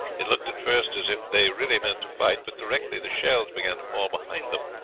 it looked at first as if they really meant to fight, but directly the shells began to fall behind them,